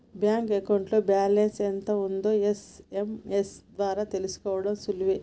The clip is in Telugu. బ్యాంక్ అకౌంట్లో బ్యాలెన్స్ ఎంత ఉందో ఎస్.ఎం.ఎస్ ద్వారా తెలుసుకోడం సులువే